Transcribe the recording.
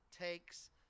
takes